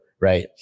Right